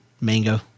mango